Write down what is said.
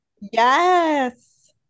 Yes